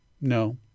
No